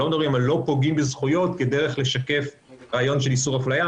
לא מדברים על "לא פוגעים בזכויות" כדרך לשקף רעיון של איסור אפליה.